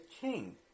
king